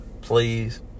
Please